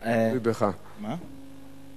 בבקשה, חבר הכנסת מסעוד גנאים.